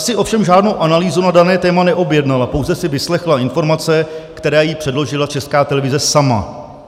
Ta si ovšem žádnou analýzu na dané téma neobjednala, pouze si vyslechla informace, které jí předložila Česká televize sama.